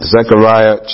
Zechariah